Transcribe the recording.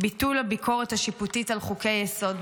ביטול הביקורת השיפוטית על חוקי-היסוד.